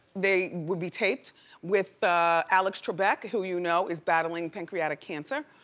they will be taped with alex trebek, who you know is battling pancreatic cancer,